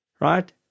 right